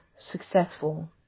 successful